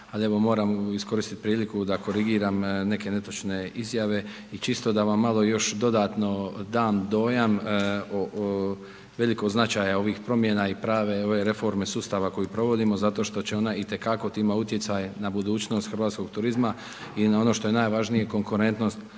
moram iskoristit priliku da korigiram neke netočne izjave i čisto da vam malo još dodatno dam dojam o velikog značaja ovih promjena i prave ove reforme sustava koju provodimo zato što će ona itekako imati utjecaj na budućnost hrvatskog turizma i na ono što je najvažnije, konkurentnost hrvatskog